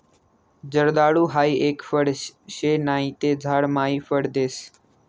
जर्दाळु हाई एक फळ शे नहि ते झाड मायी फळ देस